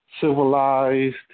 civilized